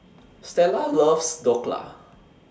Stella loves Dhokla